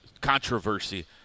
controversy